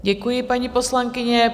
Děkuji, paní poslankyně.